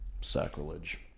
sacrilege